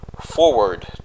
forward